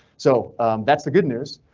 so that's the good news.